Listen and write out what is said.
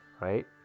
Right